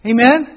Amen